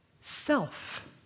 self